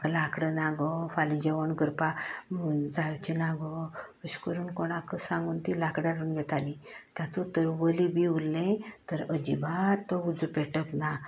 म्हाका लांकडां ना गो फाल्यां जेवण करपाक जांवचें ना गो अश करून कोणाकय सांगून ती लांकडां हाडून घेताली तातूंत तर वली बीं उरलें तर अजिबात तो उजो पेटप ना